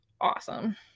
awesome